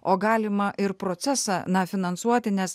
o galima ir procesą na finansuoti nes